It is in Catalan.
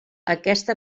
aquesta